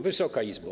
Wysoka Izbo!